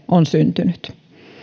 on syntynyt